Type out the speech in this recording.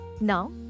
Now